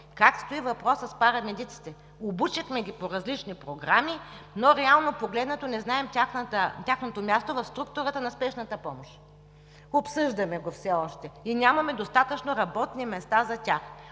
Как стои въпросът с парамедиците? Обучихме ги по различни програми, но реално погледнато не знаем тяхното място в структурата на Спешната помощ – все още го обсъждаме, и нямаме достатъчно работни места за тях.